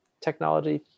technology